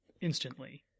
instantly